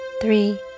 three